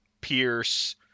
Pierce